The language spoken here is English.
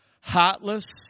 heartless